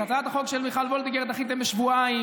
את הצעת החוק של מיכל וולדיגר דחיתם בשבועיים,